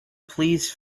please